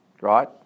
right